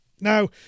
Now